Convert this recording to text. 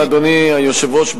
אדוני היושב-ראש, כבוד השרים,